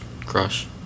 crush